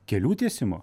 kelių tiesimo